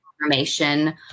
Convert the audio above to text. information